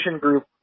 group